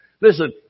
Listen